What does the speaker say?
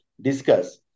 discuss